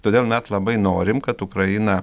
todėl mes labai norim kad ukraina